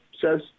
says